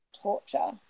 torture